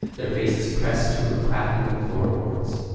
their faces pressed to a crack in the floorboards,